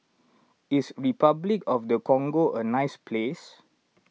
is Repuclic of the Congo a nice place